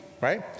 right